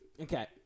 Okay